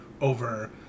over